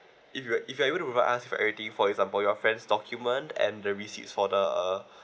if you're if you are able provide us for everything for example your friend's document and the receipts for the uh